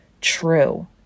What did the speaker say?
true